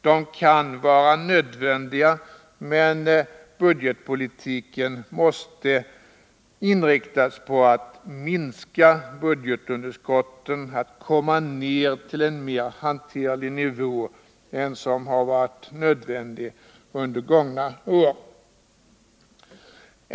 De kan vara nödvändiga, men budgetpolitiken måste inriktas på att minska budgetunderskotten, att få ned dem till en mer hanterlig nivå än den där de med nödvändighet har legat under de senaste åren.